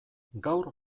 gaur